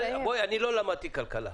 לא למדתי כלכלה.